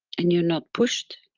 and you're not pushed,